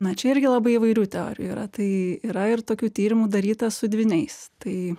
na čia irgi labai įvairių teorijų yra tai yra ir tokių tyrimų daryta su dvyniais tai